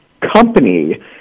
company